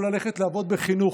או ללכת לעבוד בחינוך.